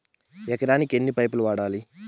ఎకరాకి ఎన్ని పైపులు వాడాలి?